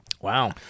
Wow